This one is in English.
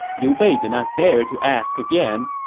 liu bei did not dare to ask again,